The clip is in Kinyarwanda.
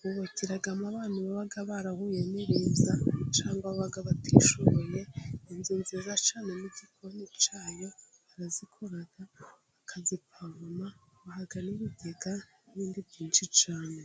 bubakiramo abantu baba barahuye n'ibiza， cyangwa baba batishoboye. Inzu nziza cyane n'igikoni cyayo， barazikora bakazipavoma，babaha n'ibigega n'ibindi byinshi cyane.